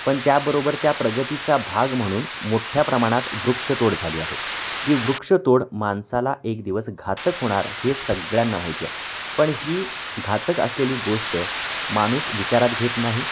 पण त्याबरोबर त्या प्रगतीचा भाग म्हणून मोठ्या प्रमाणात वृक्षतोड झाली आहे ही वृक्षतोड माणसाला एक दिवस घातक होणार हे सगळ्यांना माहिती आहे पण ही घातक असलेली गोष्ट माणूस विचारात घेत नाही